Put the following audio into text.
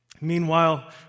Meanwhile